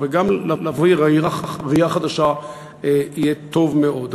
וגם להביא ראייה חדשה יהיה טוב מאוד.